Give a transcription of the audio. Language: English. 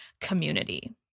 community